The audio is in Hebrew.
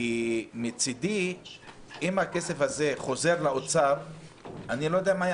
כי מצידי אם הכסף הזה חוזר לאוצר אני לא יודע מה הוא